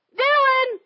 Dylan